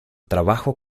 trabajo